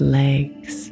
legs